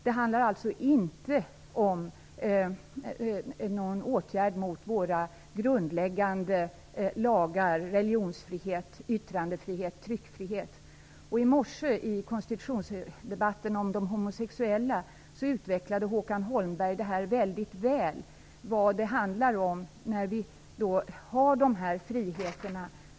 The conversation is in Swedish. Det handlar alltså inte om någon åtgärd mot våra grundläggande lagar; religionsfrihet, yttrandefrihet, tryckfrihet osv. I morse i konstitutionsdebatten om de homosexuella utvecklade Håkan Holmberg väldigt väl vad det handlar om när vi har de här friheterna.